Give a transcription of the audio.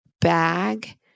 bag